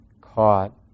caught